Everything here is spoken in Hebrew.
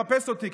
חפש אותי,